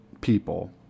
people